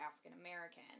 African-American